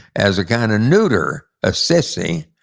as a kind of neuter, a sissy,